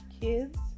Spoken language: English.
kids